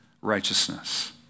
righteousness